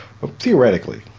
Theoretically